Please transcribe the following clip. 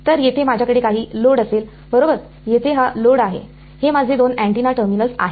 तर येथे माझ्याकडे काही लोड असेल बरोबर येथे हा लोड आहे हे माझे दोन अँटीना टर्मिनल आहेत